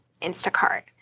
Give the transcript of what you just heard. Instacart